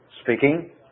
speaking